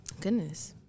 Goodness